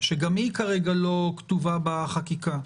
שגם היא כרגע לא כתובה בחקיקה,